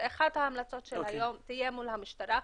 שאחת ההמלצות של היום תהיה מול המשטרה,